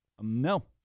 No